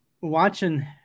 Watching –